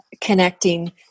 connecting